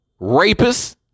rapists